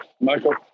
Michael